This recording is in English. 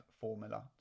formula